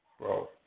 Bro